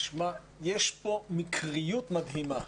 יש פה מקריות מדהימה,